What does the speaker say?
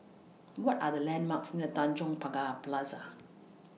What Are The landmarks near Tanjong Pagar Plaza